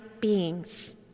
beings